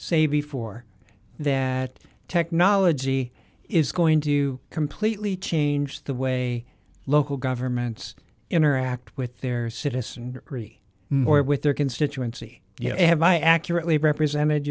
say before that technology is going to completely change the way local governments interact with their citizen more with their constituency you know have my accurately represented